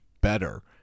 better